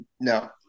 no